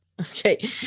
Okay